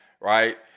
right